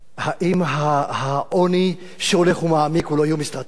האם העוני שהולך ומעמיק הוא לא איום אסטרטגי?